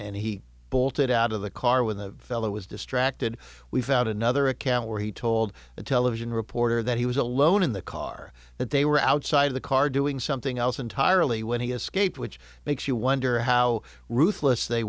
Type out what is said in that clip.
and he bolted out of the car when the fellow was distracted we found another account where he told a television reporter that he was alone in the car that they were outside of the car doing something else entirely when he escaped which makes you wonder how ruthless they